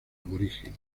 aborigen